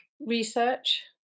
research